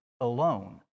alone